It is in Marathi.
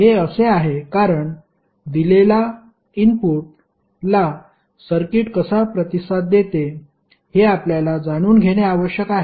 हे असे आहे कारण दिलेला इनपुट ला सर्किट कसा प्रतिसाद देते हे आपल्याला जाणून घेणे आवश्यक आहे